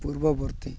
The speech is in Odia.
ପୂର୍ବବର୍ତ୍ତୀ